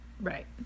right